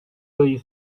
ayı